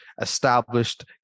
established